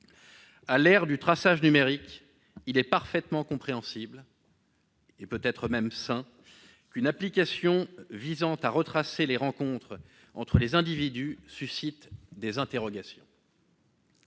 À l'ère du traçage numérique, il est parfaitement compréhensible, et peut-être même sain, qu'une application visant à retracer les rencontres entre les individus suscite des interrogations.